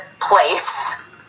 place